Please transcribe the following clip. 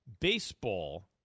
Baseball